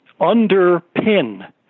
underpin